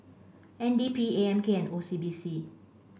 N D P A M K and O C B C